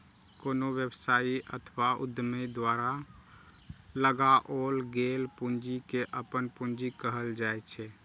कोनो व्यवसायी अथवा उद्यमी द्वारा लगाओल गेल पूंजी कें अपन पूंजी कहल जाइ छै